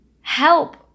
help